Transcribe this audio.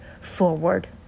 forward